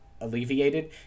alleviated